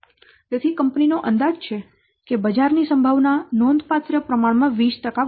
તેથી કંપની નો અંદાજ છે કે બજાર ની સંભાવના નોંધપાત્ર પ્રમાણમાં 20 વધશે